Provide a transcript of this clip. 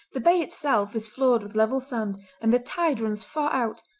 the bay itself is floored with level sand and the tide runs far out,